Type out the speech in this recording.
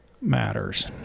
matters